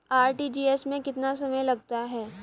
RTGS में कितना समय लगता है?